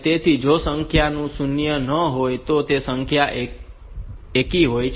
તેથી જો સંખ્યા શૂન્ય ન હોય તો તે એક એકી સંખ્યા હોય છે